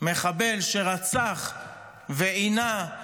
מחבל שרצח ועינה,